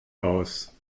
aus